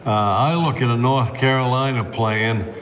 i look at a north carolina plan,